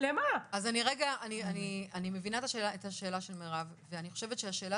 אני מבינה את השאלה של מירב ואני חושבת שהשאלה